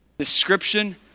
Description